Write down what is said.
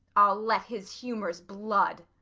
i'll let his humours blood.